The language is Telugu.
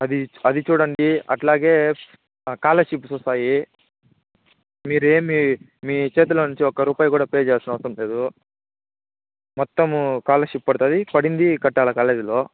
అది అది చూడండి అట్లాగే స్కాలర్షిప్స్ వస్తాయి మీరేమి మీ చేతుల్లో నుంచి ఒక రూపాయి కూడా పే చేయాల్సిన అవసరం లేదు మొత్తము స్కాలర్షిప్ పడుతుంది పడింది కట్టాల కాలేజీలో